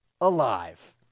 alive